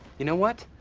you know what?